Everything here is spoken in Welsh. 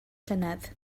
llynedd